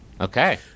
Okay